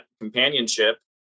companionship